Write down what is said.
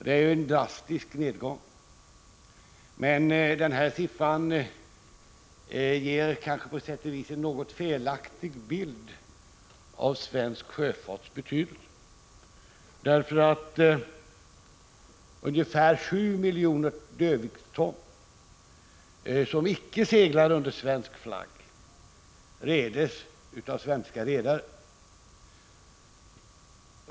Det är en dramatisk nedgång, men siffrorna ger en något felaktig bild av svensk sjöfarts betydelse, därför att ungefär 7 miljoner dödviktston, som icke seglar under svensk flagg, redes av svenska redare.